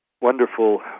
wonderful